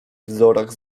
wzorach